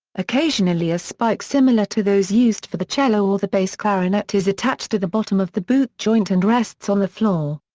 occasionally a spike similar to those used for the cello or the bass clarinet is attached to the bottom of the boot joint and rests on the floor.